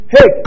Hey